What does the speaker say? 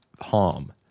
harm